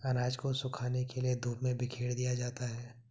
अनाज को सुखाने के लिए धूप में बिखेर दिया जाता है